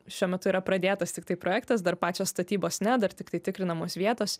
šiuo metu yra pradėtas tiktai projektas dar pačios statybos ne dar tiktai tikrinamos vietos